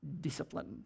discipline